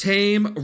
Tame